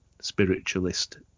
spiritualist